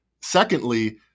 Secondly